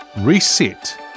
reset